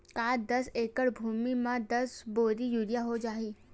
का दस एकड़ भुमि में दस बोरी यूरिया हो जाही?